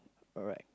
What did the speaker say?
alright